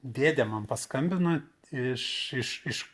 dėdė man paskambino iš